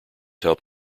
help